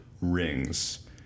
rings